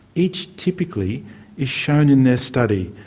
each typically is shown in their study,